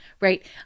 Right